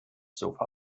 sofa